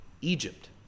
Egypt